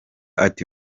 ati